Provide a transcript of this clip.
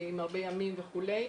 הרבה ימים וכולי.